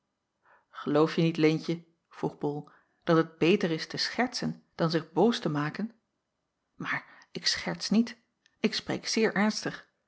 geloofje niet leentje vroeg bol dat het beter is te schertsen dan zich boos te maken maar ik scherts niet ik spreek zeer ernstig